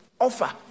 offer